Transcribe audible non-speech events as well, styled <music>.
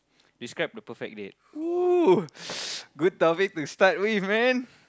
describe the perfect date oo <noise> good topic to start with man